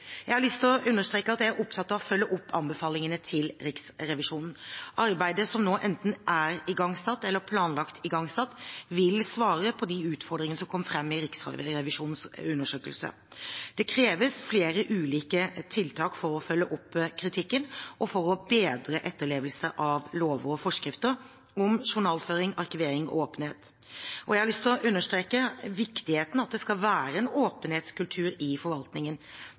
Jeg har lyst til å understreke at jeg er opptatt av å følge opp anbefalingene til Riksrevisjonen. Arbeidet som nå enten er igangsatt eller planlagt igangsatt, vil svare på de utfordringene som kom fram i Riksrevisjonens undersøkelse. Det kreves flere ulike tiltak for å følge opp kritikken og for å bedre etterlevelsen av lover og forskrifter om journalføring, arkivering og åpenhet. Jeg har lyst til å understreke viktigheten av at det skal være en åpenhetskultur i forvaltningen.